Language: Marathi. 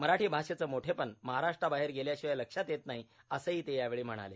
मराठी आषेचं मोठेपण महाराष्ट्राबाहेर गेल्याषिवाय लक्षात येत नाही असंही ते यावेळी म्हणाले